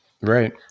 Right